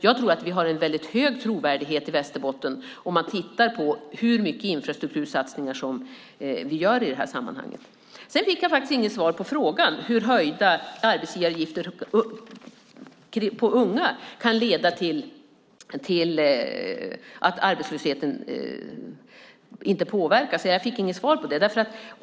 Jag tror att vi har en väldigt hög trovärdighet i Västerbotten om man tittar på hur mycket infrastruktursatsningar vi gör. Jag fick faktiskt inget svar på frågan hur höjda arbetsgivaravgifter för unga skulle kunna leda till att arbetslösheten inte påverkas. Jag fick inget svar på det.